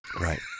right